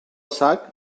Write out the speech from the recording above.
sac